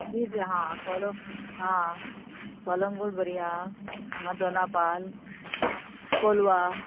beach हां हां कलंगूट बरी हां हांगा दोनापाल कोलवा